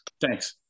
Thanks